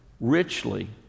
Richly